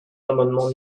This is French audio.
l’amendement